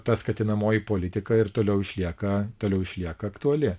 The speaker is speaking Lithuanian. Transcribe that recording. ta skatinamoji politika ir toliau išlieka toliau išlieka aktuali